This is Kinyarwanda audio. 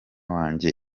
wanjye